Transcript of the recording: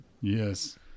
Yes